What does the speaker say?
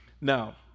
Now